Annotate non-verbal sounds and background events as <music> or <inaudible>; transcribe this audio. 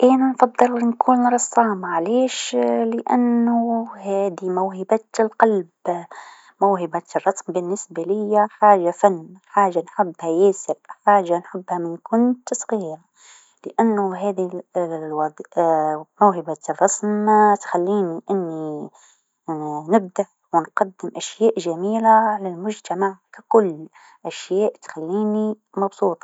أنا نفضل نكون رسامه علاش لأنو هاذي موهبة القلب، موهبة الرسم بالنسبة ليا حاجه فن حاجه نحبها ياسر حاجه نحب من كنت صغيره لأنو هاذي الوظي <hesitation> موهبة الرسم تخليني أني <hesitation> نبدح و نقدم أشياء جميله لامجتمع ككل، أشياء تخليني مبسوطه.